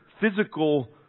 physical